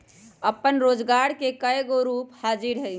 अप्पन रोजगार के कयगो रूप हाजिर हइ